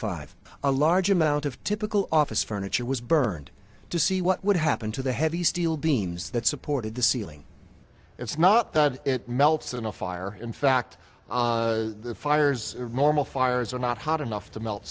five a large amount of typical office furniture was burned to see what would happen to the heavy steel beams that supported the ceiling it's not that it melts in a fire in fact the fires of normal fires are not hot enough to melt